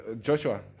Joshua